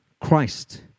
Christ